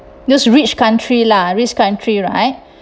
those rich country lah rich country right